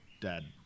Dad